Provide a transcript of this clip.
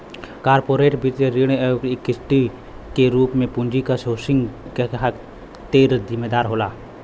corporate वित्त ऋण या इक्विटी के रूप में पूंजी क सोर्सिंग के खातिर जिम्मेदार होला